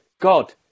God